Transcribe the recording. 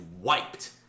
wiped